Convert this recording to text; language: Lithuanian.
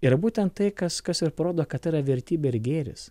yra būtent tai kas kas ir parodo kad yra vertybė ir gėris